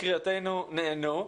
כנראה, קריאותינו נענו.